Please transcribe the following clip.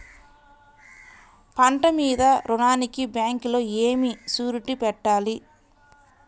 పంట మీద రుణానికి బ్యాంకులో ఏమి షూరిటీ పెట్టాలి?